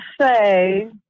say